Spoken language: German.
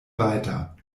weiter